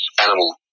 animal